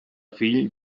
fill